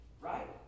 right